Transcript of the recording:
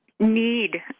Need